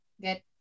get